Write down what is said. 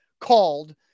called